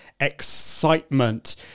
excitement